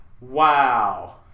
Wow